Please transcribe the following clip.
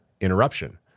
interruption